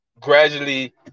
gradually